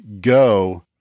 go